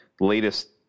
latest